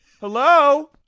Hello